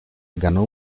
ganó